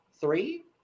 Three